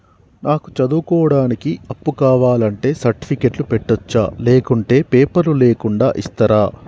నాకు చదువుకోవడానికి అప్పు కావాలంటే సర్టిఫికెట్లు పెట్టొచ్చా లేకుంటే పేపర్లు లేకుండా ఇస్తరా?